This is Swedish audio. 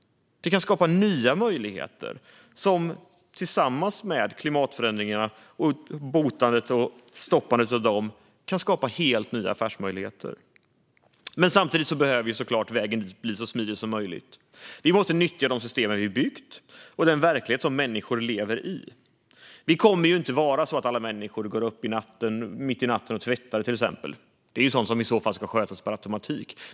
Detta kan skapa nya möjligheter som tillsammans med klimatförändringarna och botandet och stoppandet av dessa kan skapa helt nya affärsmöjligheter. Men samtidigt behöver såklart vägen dit bli så smidig som möjligt. Vi måste nyttja de system vi byggt och den verklighet som människor lever i. Det kommer inte att vara så att alla människor går upp mitt i natten och tvättar, till exempel. Det är sådant som i så fall ska skötas per automatik.